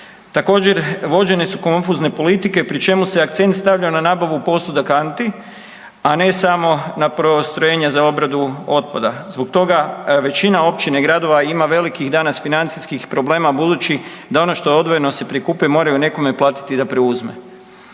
Također vođene su konfuzne politike pri čemu se akcent stavljao na nabavu posuda kanti, a ne samo na postrojenje za obradu otpada. Zbog toga većina općina i gradova ima velikih danas financijskih problema budući da ono što odvojeno se prikupi moraju nekome platiti da preuzme.